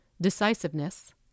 decisiveness